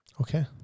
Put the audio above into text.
Okay